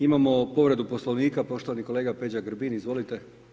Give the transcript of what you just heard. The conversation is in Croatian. Imamo povredu Poslovnika, poštovani kolega Peđa Grbin, izvolite.